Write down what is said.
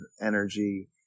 energy